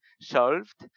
solved